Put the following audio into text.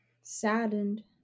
saddened